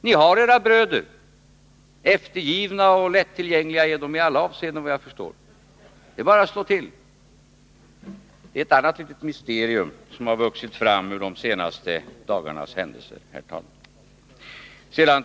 Ni har era bröder. Eftergivna och lättillgängliga är de i alla avseenden, såvitt jag förstår. Det är bara att slå till. Här är det fråga om ett annat litet mysterium som har vuxit fram ur de senaste dagarnas händelser, herr talman.